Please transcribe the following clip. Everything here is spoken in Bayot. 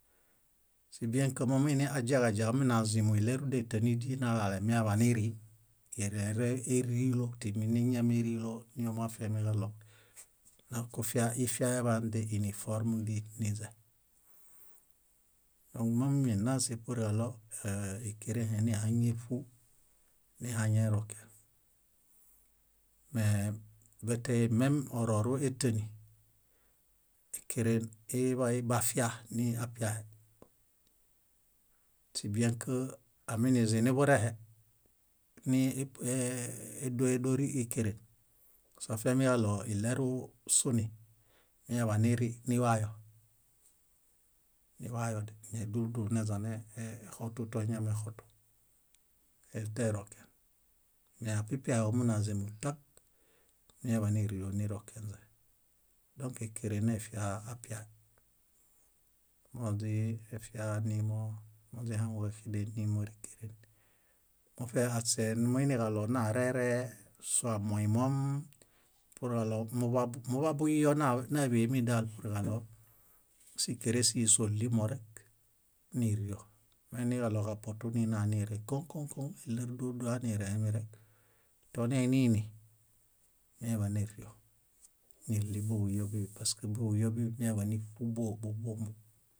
Sibiẽk momiiniaźiaġeźia omunazimo eɭeru détenudii nalale miñaḃanirii. Írereerilo tímimiñamerilo níomu afiamiġaɭo kufia ifiaeḃaan diuniform niźe. Mómimi nna sepuruġaɭo íkerẽhenihaŋeṗu, nihaŋeroken. Mee betey mem ororu étenu, íkeren iḃay bafia napiahe. Síbiẽk aminiziniburehe, nii édoedorikere, soafiamiġaɭo iɭerusuni, miñaḃaniri, niwayo, niwayode dúlu dúlu neźanexotu toeñamexotu, eteroken. Meapiahe apipiahe omunazimutak, míñaḃanirio nirokenźe. Dõk ékeren nefia apiae. Moźiefianimo móźihaŋuġaxeden nímorekeren. Muṗe aśe nimuiniġaɭo narere suwa moimom puruġaɭo muḃabuyo náḃemi dal puruġaɭo síkerensihi sóɭimorek nírio. Moiniġaɭo kapotu ninanire, sóɭimorek kõ kõ kõ éler dúlu dúlu aniremirek toaniinini iñaḃanírio níɭi buḃuyo bíḃi paske buḃuyo bíḃi